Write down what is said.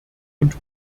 und